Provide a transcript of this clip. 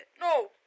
No